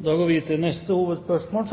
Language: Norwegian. går videre til neste hovedspørsmål.